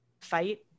fight